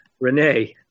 renee